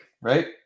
right